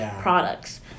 products